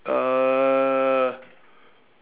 uh